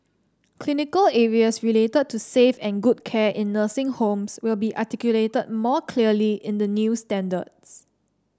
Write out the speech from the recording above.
clinical areas related to safe and good care in nursing homes will be articulated more clearly in the new standards